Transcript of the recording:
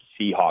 Seahawks